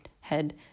head